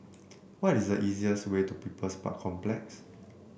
what is the easiest way to People's Park Complex